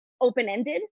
open-ended